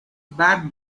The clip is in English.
bad